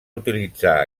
utilitzar